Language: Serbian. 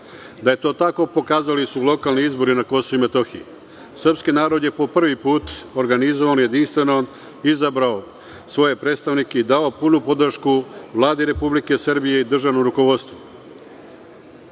Da je to tako, pokazali su lokalni izbori na Kosovu i Metohiji. Srpski narod je po prvi put organizovano i jedinstveno izabrao svoje predstavnike i dao punu podršku Vladi Republike Srbije i državnom rukovodstvu.